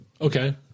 Okay